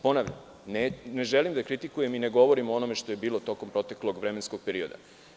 Ponavljam, ne želim da kritikujem i ne govorim o onome što je bilo tokom proteklog vremenskog perioda.